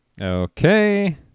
Okay